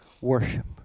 worship